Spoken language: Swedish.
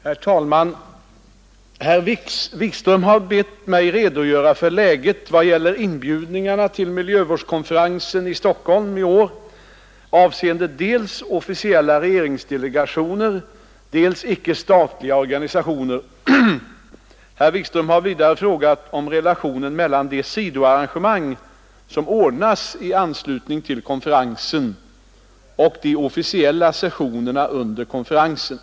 Herr talman! Herr Wikström har bett mig redogöra för läget i vad gäller inbjudningarna till miljövårdskonferensen i Stockholm i år avseende dels officiella regeringsdelegationer, dels icke-statliga organisationer. Herr Wikström har vidare frågat om relationen mellan de sidoarrangemang som ordnas i anslutning till konferensen och de officiella sessionerna under konferensen.